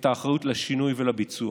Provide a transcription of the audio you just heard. את האחריות לשינוי ולביצוע.